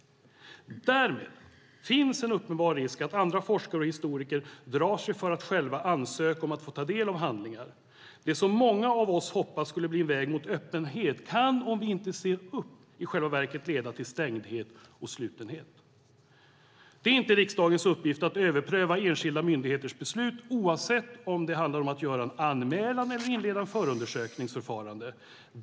Därmed finns det en uppenbar risk att andra forskare och historiker drar sig för att själva ansöka om att få ta del av handlingar. Det som många av oss hoppas ska bli en väg mot öppenhet kan, om vi inte ser upp, i själva verket leda till slutenhet. Det är inte riksdagens uppgift att överpröva enskilda myndigheters beslut, oavsett om det handlar om att göra en anmälan eller om det handlar om att inleda ett förundersökningsförfarande.